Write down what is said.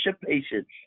Patience